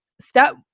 step